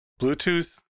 Bluetooth